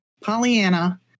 Pollyanna